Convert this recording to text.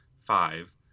five